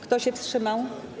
Kto się wstrzymał?